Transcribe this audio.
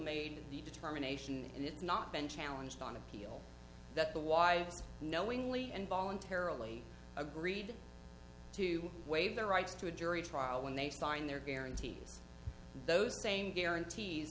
made the determination and it's not been challenged on appeal that the wives knowingly and voluntarily agreed to waive their rights to a jury trial when they signed their guarantees those same guarantee